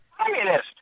communist